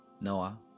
Noah